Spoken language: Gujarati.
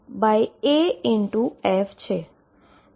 જે lightaf છે